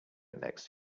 next